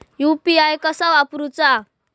UPI कसा वापरूचा?